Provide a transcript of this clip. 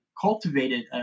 cultivated